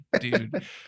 dude